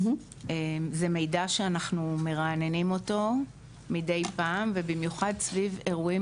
זה מידע שאנחנו מרעננים אותו מידי פעם ובמיוחד סביב אירועים